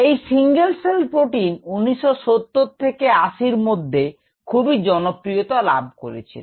এই Single cell protein 1970 থেকে 80 এর মধ্যে খুবই জনপ্রিয়তা লাভ করেছিল